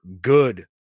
good